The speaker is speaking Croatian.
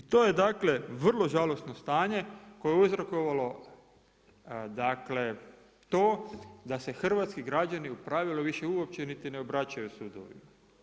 I to je dakle vrlo žalosno stanje koje je uzrokovalo to da se hrvatski građani u pravilu više uopće niti ne obraćaju sudovima.